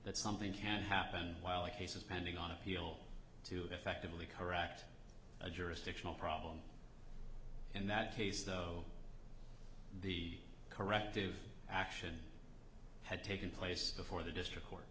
that something can happen while a case of pending on appeal to effectively correct a jurisdictional problem in that case though the corrective action had taken place before the district court